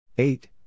Eight